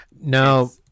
No